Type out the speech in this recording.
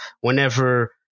whenever